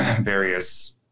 various